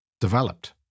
developed